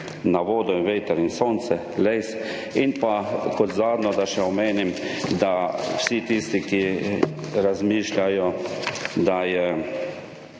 na vodo in veter in sonce, les. In pa kot zadnjo, da še omenim, da vsi tisti, ki razmišljajo, da je